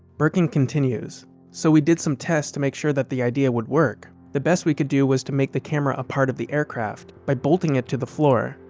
birkin continues so we did some tests to make sure that the idea would work. the best we could do was to make the camera a part of the aircraft, by bolting it to the floor.